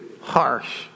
harsh